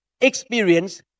experience